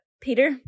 Peter